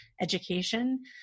education